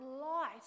light